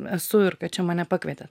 esu ir kad čia mane pakvietė